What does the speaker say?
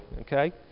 okay